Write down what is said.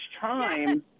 time